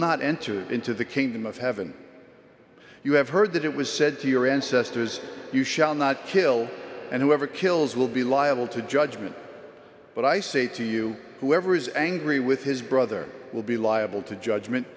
not enter into the kingdom of heaven you have heard that it was said to your ancestors you shall not kill and whoever kills will be liable to judgment but i say to you whoever is angry with his brother will be liable to judgment